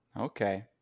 Okay